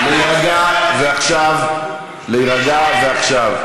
לא, כי הסיעה עשתה הרבה החלפות.